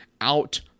out